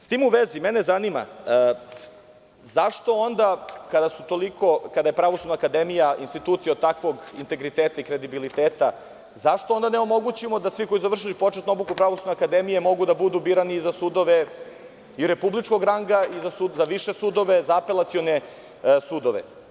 S tim u vezi, mene zanima, kada je Pravosudna akademija institucija od takvog integriteta i kredibiliteta, zašto onda ne omogućimo da svi koji su završili početnu obuku u Pravosudnoj akademiji mogu da budu birani za sudove i republičkog ranga i za više sudove, za apelacione sudove?